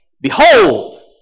Behold